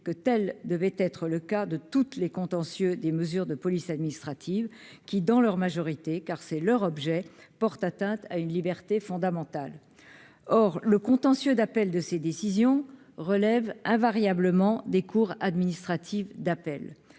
que telle devait être le cas de toutes les contentieux des mesures de police administrative qui, dans leur majorité, car c'est leur objet porte atteinte à une liberté fondamentale, or le contentieux d'appel de ces décisions relèvent invariablement des cours administratives d'appel,